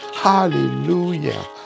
Hallelujah